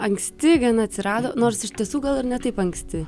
anksti gana atsirado nors iš tiesų gal ir ne taip anksti